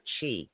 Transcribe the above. chi